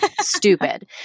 stupid